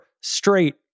straight